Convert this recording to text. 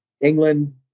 England